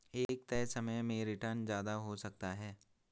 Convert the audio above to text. एक तय समय में रीटर्न ज्यादा हो सकता है